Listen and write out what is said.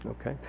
Okay